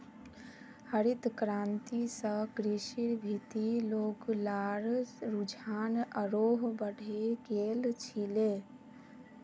हरित क्रांति स कृषिर भीति लोग्लार रुझान आरोह बढ़े गेल छिले